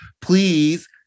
please